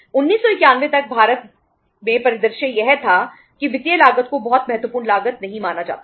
1991 तक भारत में परिदृश्य यह था कि वित्तीय लागत को बहुत महत्वपूर्ण लागत नहीं माना जाता था